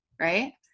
Right